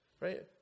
right